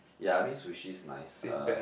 ya I mean sushi's nice uh